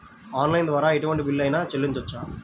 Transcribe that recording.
Online ద్వారా ఎటువంటి bill అయినా చెల్లించవచ్చా?